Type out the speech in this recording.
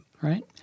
right